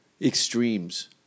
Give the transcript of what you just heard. extremes